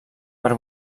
per